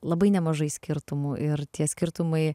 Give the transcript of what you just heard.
labai nemažai skirtumų ir tie skirtumai